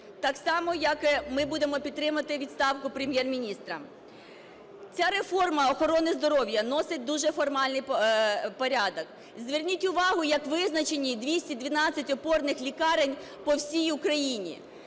так само, як ми будемо підтримувати відставку Прем'єр-міністра. Ця реформа охорони здоров'я носить дуже формальний порядок. Зверніть увагу, як визначені 212 опорних лікарень по всій Україні: